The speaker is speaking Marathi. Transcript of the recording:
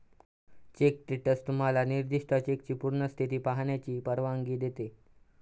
चेक स्टेटस तुम्हाला निर्दिष्ट चेकची पूर्ण स्थिती पाहण्याची परवानगी देते